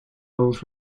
roles